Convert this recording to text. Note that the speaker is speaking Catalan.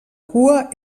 cua